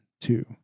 two